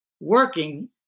working